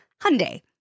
Hyundai